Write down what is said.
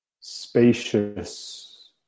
spacious